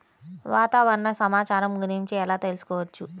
వాతావరణ సమాచారం గురించి ఎలా తెలుసుకోవచ్చు?